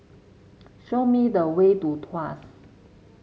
show me the way to Tuas